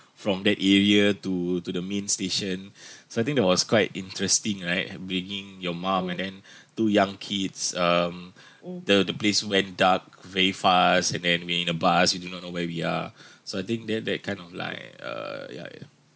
from that area to to the main station so I think that was quite interesting right bringing your mum and then two young kids um the the place went dark very fast and then when in a bus we do not know where we are so I think that that kind of like uh ya ya